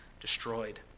destroyed